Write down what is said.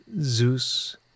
Zeus